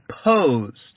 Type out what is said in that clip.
opposed